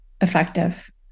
effective